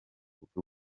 urupfu